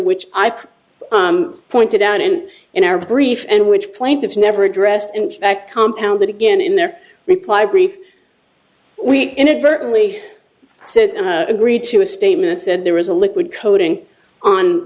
which i've pointed out and in our brief and which plaintiffs never addressed and that compound that again in their reply brief we inadvertently so agreed to a statement said there is a liquid coating on